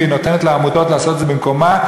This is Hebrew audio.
והיא נותנת לעמותות לעשות את זה במקומה,